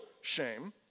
shame